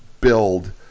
build